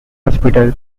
hospital